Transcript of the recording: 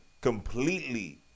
completely